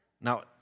Now